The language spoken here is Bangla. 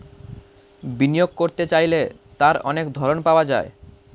বিনিয়োগ করতে চাইলে তার অনেক ধরন পাওয়া যায়